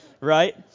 right